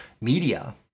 media